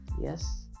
yes